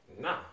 Nah